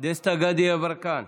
דסטה גדי יברקן,